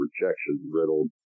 rejection-riddled